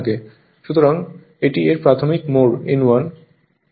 সুতরাং এটি এর প্রাথমিক মোড় N1